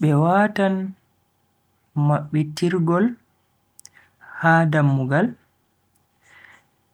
Be watan mabbitirgol ha dammugal,